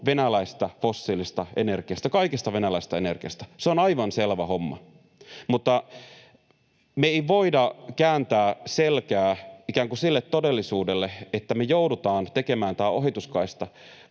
venäläisestä fossiilisesta energiasta, kaikesta venäläisestä energiasta, se on aivan selvä homma, mutta me ei voida kääntää selkää sille todellisuudelle, että me joudutaan tekemään tämä ohituskaista,